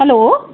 hello